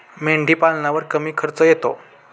मेंढीपालनावर कमी खर्च येतो